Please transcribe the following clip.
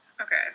okay